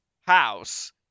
house